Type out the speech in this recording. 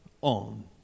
on